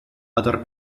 other